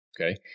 Okay